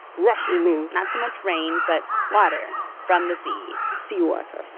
rush in not so much rain, but water from the sea seawater,